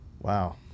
wow